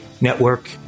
Network